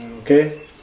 Okay